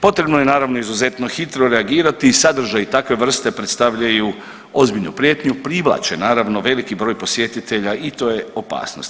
Potrebno je naravno, izuzetno hitro reagirati i sadržaj takve vrste predstavljaju ozbiljnu prijetnju, privlače, naravno, veliki broj posjetitelja i to je opasnost.